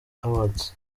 awards